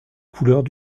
couleurs